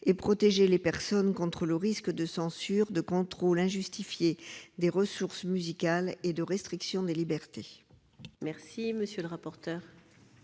de protéger les personnes contre le risque de censure, de contrôle injustifié des ressources musicales et de restriction des libertés. Quel est l'avis de